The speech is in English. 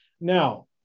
Now